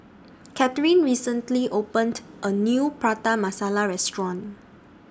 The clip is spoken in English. Catharine recently opened A New Prata Masala Restaurant